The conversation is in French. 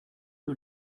que